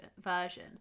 version